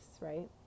right